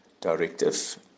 Directive